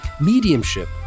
mediumship